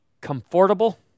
comfortable